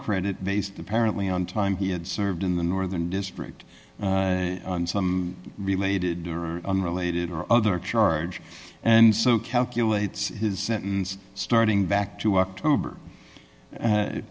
credit based apparently on time he had served in the northern district some related or unrelated or other charge and so calculate his sentence starting back to october